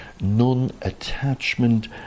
non-attachment